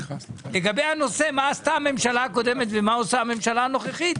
לגבי הנושא מה עשתה הממשלה הקודמת ומה עושה הממשלה הנוחכית,